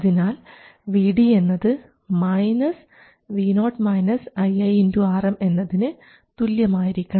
അതിനാൽ Vd എന്നത് Vo ii Rm എന്നതിന് തുല്യമായിരിക്കണം